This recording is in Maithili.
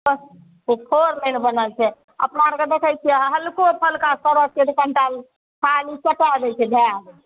तब फोर लाइन बनल छै अपना आओरके देखय छियै हल्को फल्का सड़क कनिटा खाली चटाइ दै छै भए गेलय